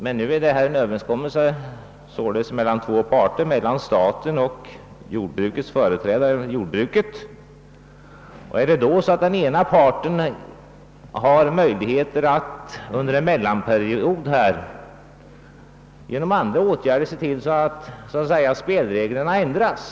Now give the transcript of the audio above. Men detta är en överenskommelse mellan två parter — staten och jordbrukets företrädare — av vilka den ena parten har möjligheter att under en mellanperiod genom andra åtgärder se till att spelreglerna ändras.